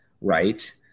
right